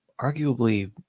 arguably